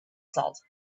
salt